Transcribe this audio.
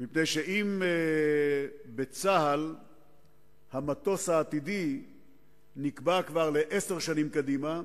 מפני שאם בצה"ל המטוס העתידי נקבע כבר לעשר שנים קדימה,